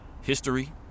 history